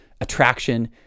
attraction